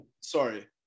Sorry